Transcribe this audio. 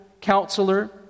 counselor